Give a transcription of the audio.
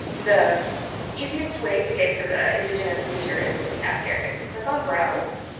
the easiest way to get to the indigenous materials that we have here is to click on browse.